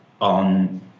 on